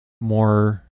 more